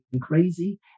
crazy